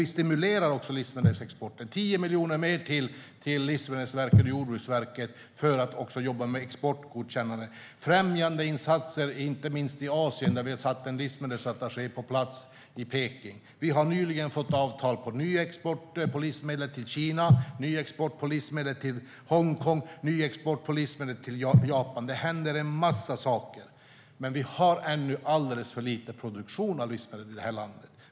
Vi stimulerar livsmedelsexporten och ger 10 miljoner mer till Livsmedelsverket och Jordbruksverket för att jobba med exportgodkännande. Det handlar om främjandeinsatser, inte minst i Asien, där vi har satt en livsmedelsattaché på plats i Peking. Vi har nyligen fått ett avtal om nyexport av livsmedel till Kina, Hongkong och Japan. Det händer en massa saker, men vi har ännu en alldeles för liten produktion av livsmedel i det här landet.